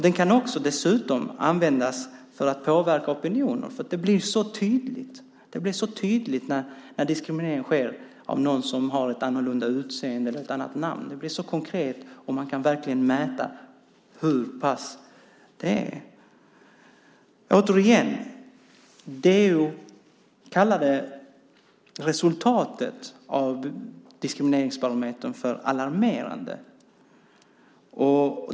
Den kan dessutom användas för att påverka opinionen; det blir tydligt när diskriminering sker av någon som har ett annorlunda utseende eller ett annat namn. Det blir konkret, och man kan verkligen mäta detta. Återigen: DO kallade resultatet av Diskrimineringsbarometern för "alarmerande".